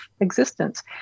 existence